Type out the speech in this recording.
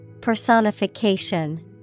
Personification